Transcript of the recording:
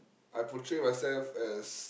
I portray myself as